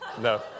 no